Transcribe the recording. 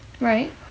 Right